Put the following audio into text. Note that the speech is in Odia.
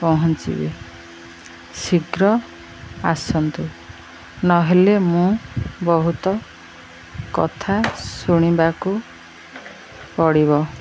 ପହଞ୍ଚିବି ଶୀଘ୍ର ଆସନ୍ତୁ ନହେଲେ ମୁଁ ବହୁତ କଥା ଶୁଣିବାକୁ ପଡ଼ିବ